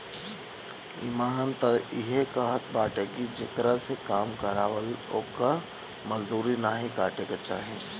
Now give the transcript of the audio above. इमान तअ इहे कहत बाटे की जेकरा से काम करावअ ओकर मजूरी नाइ काटे के चाही